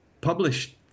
published